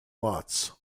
lots